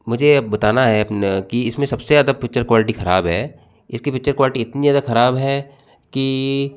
मुझे अब बताना है अपन की इसमें सबसे ज्यादा पिक्चर क्वालिटी खराब है इसकी पिक्चर क्वालिटी इतनी ज्यादा खराब है की